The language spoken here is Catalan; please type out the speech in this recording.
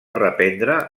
reprendre